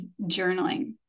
journaling